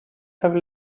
have